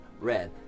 red